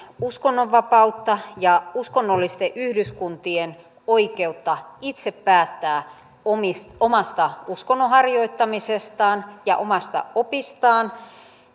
uskonnonvapautta ja uskonnollisten yhdyskuntien oikeutta itse päättää omasta uskonnonharjoittamisestaan ja omasta opistaan